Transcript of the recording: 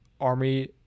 army